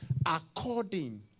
according